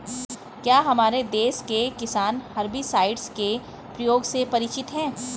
क्या हमारे देश के किसान हर्बिसाइड्स के प्रयोग से परिचित हैं?